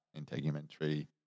integumentary